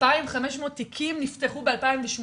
2,500 תיקים נפתחו ב-2018,